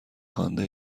خوانده